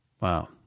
Wow